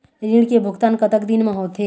ऋण के भुगतान कतक दिन म होथे?